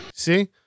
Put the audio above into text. See